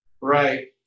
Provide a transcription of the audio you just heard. Right